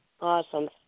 Awesome